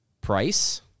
price